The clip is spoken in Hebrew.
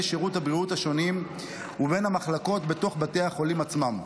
שירות הבריאות השונים ובין המחלקות בתוך בתי החולים עצמם.